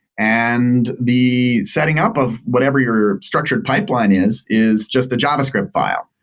and the setting up of whatever your your structured pipeline is, is just the javascript file.